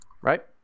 right